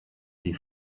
die